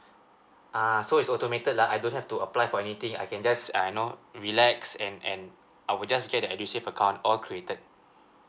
ah so is automated lah I don't have to apply for anything I can just like I know relax and and I will just get the edusave account all created